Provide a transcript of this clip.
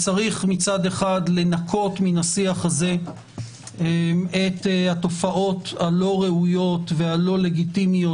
צריך מצד אחד לנקות מהשיח את התופעות הלא ראויות והלא לגיטימיות